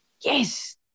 Yes